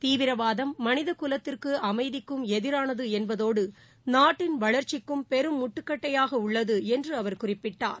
தீவிரவாதம் மனிதகுலத்திற்கும் அமைதிக்கும் எதிரானதுஎன்பதோடு நாட்டின் வளர்ச்சிக்கும் பெரும் முட்டுக்கட்டையாகஉள்ளதுஎன்றுஅவர் குறிப்பிட்டார்